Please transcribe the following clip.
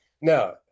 no